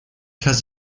has